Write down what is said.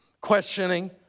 questioning